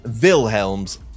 wilhelm's